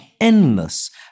endless